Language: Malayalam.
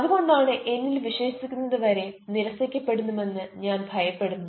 അതുകൊണ്ടാണ് എന്നിൽ വിശ്വസിക്കുന്നത് വരെ നിരസിക്കപ്പെടുമെന്ന് ഞാൻ ഭയപ്പെടുന്നത്